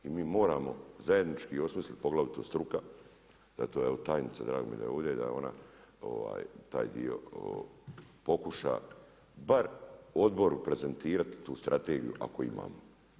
I mi moramo zajednički osmisliti poglavito struka, da to je tajnica, drago mi je da je ovdje, da ona taj dio pokuša bar odboru prezentirati tu strategiju ako imamo.